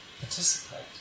participate